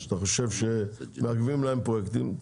ואתה חושב שמעכבים להם פרויקטים,